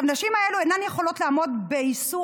הנשים האלה אינן יכולות לעמוד באיסור